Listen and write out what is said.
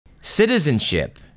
Citizenship